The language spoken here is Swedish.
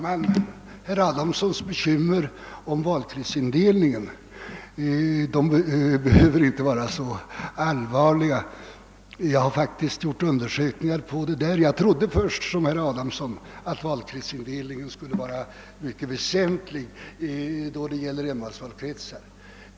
Herr talman! Herr Adamssons bekymmer om valkretsindelningen behöver inte vara så allvarliga. Jag har faktiskt företagit en del undersökningar om denna sak. I likhet med herr Adamsson trodde jag först att valkretsindelningen skulle vara mycket väsentlig då det gäller ett val med enmansvalkretsar.